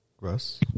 Russ